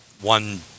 one